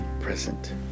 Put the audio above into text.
present